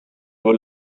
were